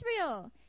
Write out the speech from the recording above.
Israel